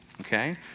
okay